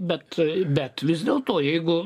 bet bet vis dėlto jeigu